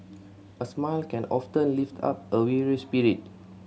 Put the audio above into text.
a smile can often lift up a weary spirit